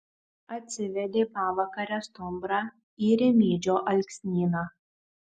atsivedė pavakare stumbrą į rimydžio alksnyną